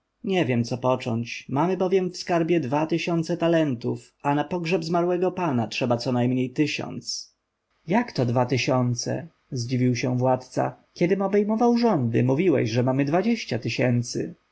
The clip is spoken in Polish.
nie wiem co począć mamy bowiem w skarbie dwa tysiące talentów a na pogrzeb zmarłego pana trzeba co najmniej tysiąc jakto dwa tysiące zdziwił się władca kiedym obejmował rządy mówiłeś że mamy dwadzieścia tysięcy